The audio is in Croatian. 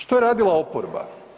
Što je radila oporba?